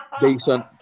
Decent